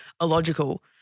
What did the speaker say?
illogical